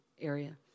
area